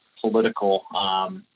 political